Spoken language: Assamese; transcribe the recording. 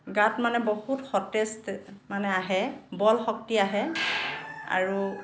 গাত মানে বহুত সতেজ মানে আহে বল শক্তি আহে আৰু